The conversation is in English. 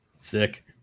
Sick